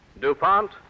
DuPont